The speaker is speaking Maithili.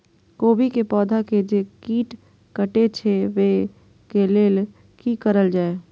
गोभी के पौधा के जे कीट कटे छे वे के लेल की करल जाय?